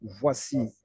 Voici